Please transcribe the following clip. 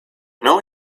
know